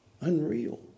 unreal